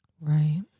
right